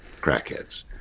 crackheads